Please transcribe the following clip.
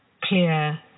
clear